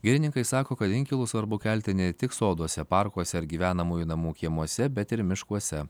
girininkai sako kad inkilus svarbu kelti ne tik soduose parkuose ar gyvenamųjų namų kiemuose bet ir miškuose